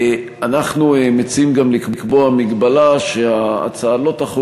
אנחנו מציעים גם לקבוע מגבלה שההצעה לא תחול